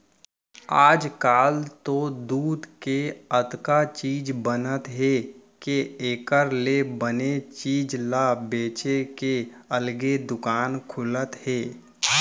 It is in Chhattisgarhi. आजकाल तो दूद के अतका चीज बनत हे के एकर ले बने चीज ल बेचे के अलगे दुकान खुलत हे